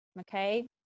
okay